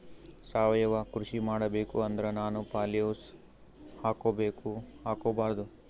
ಸಾವಯವ ಕೃಷಿ ಮಾಡಬೇಕು ಅಂದ್ರ ನಾನು ಪಾಲಿಹೌಸ್ ಹಾಕೋಬೇಕೊ ಹಾಕ್ಕೋಬಾರ್ದು?